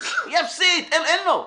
אין לו.